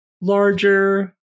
larger